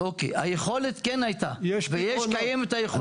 היכולת כן הייתה וקיימת היכולת.